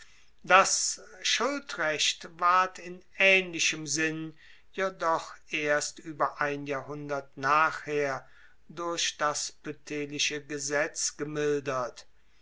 das schuldrecht ward in aehnlichem sinn jedoch erst ueber ein jahrhundert nachher durch das poetelische gesetz gemildert